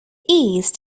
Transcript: east